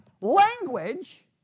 language